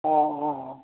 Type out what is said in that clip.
অ' অ' অ'